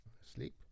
Sleep